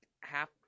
half